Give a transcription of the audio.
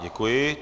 Děkuji.